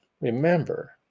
remember